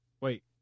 Wait